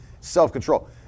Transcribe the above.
self-control